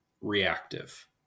reactive